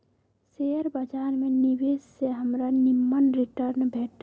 share बाजार में निवेश से हमरा निम्मन रिटर्न भेटल